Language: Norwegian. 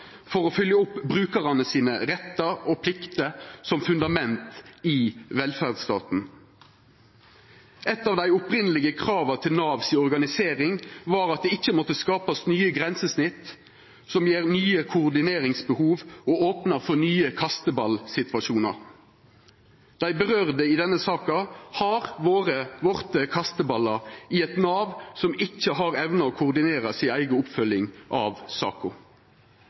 for å følgja opp brukarane sine rettar og plikter som fundament i velferdsstaten. Eitt av dei opphavlege krava til organiseringa i Nav var at det ikkje måtte skapast nye grensesnitt som gjev nye koordineringsbehov og opnar for nye kasteballsituasjonar. Dei det gjeld i denne saka, har vorte kasteballar i eit Nav som ikkje har evna å koordinera si eiga oppfølging av saka.